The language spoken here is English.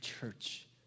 church